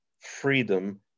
freedom